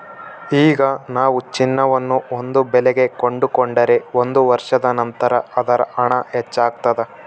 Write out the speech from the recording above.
ಈಗ ನಾವು ಚಿನ್ನವನ್ನು ಒಂದು ಬೆಲೆಗೆ ಕೊಂಡುಕೊಂಡರೆ ಒಂದು ವರ್ಷದ ನಂತರ ಅದರ ಹಣ ಹೆಚ್ಚಾಗ್ತಾದ